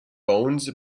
bones